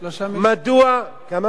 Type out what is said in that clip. כמה?